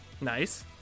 Nice